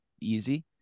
easy